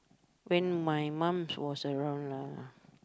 when my mom was around lah